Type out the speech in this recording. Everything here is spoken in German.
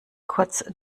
kurz